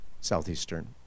Southeastern